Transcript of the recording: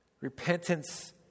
Repentance